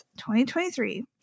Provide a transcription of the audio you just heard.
2023